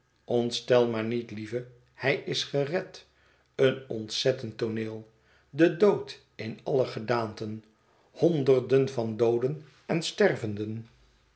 maar niet lieve hij is gered een ontzettend tooneel de dood in alle gedaanten honderden van dooden en stervenden